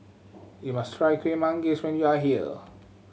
you must try Kueh Manggis when you are here